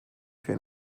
für